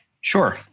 Sure